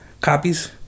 Copies